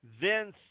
Vince